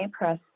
press